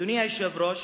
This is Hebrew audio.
אדוני היושב-ראש,